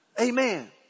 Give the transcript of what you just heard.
Amen